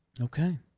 Okay